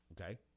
Okay